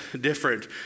different